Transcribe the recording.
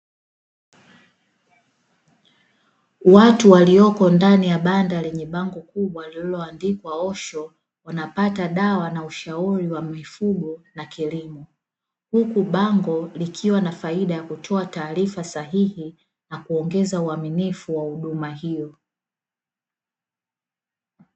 Watu walioko ndani ya banda lenye bango kubwa lililo andikwa "osho" unapata dawa na ushauri wa mifugo na kilimo, huku bango likiwa na faida ya kutoa taarifa sahihi na kuongeza uaminifu wa huduma hiyo.